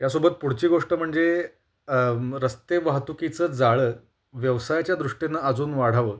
यासोबत पुढची गोष्ट म्हणजे रस्ते वाहतुकीचं जाळं व्यवसायाच्या दृष्टीनं अजून वाढावं